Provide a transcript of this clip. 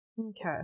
Okay